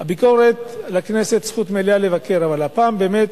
ביקורת, לכנסת זכות מלאה לבקר, אבל הפעם, באמת,